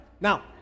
now